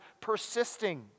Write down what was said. persisting